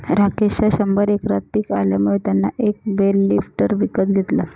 राकेशच्या शंभर एकरात पिक आल्यामुळे त्याने एक बेल लिफ्टर विकत घेतला